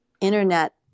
internet